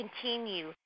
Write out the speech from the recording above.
continue